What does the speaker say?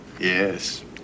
Yes